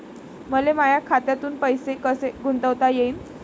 मले माया खात्यातून पैसे कसे गुंतवता येईन?